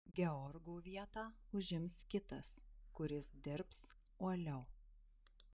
georgo vietą užims kitas kuris dirbs uoliau